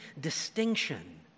distinction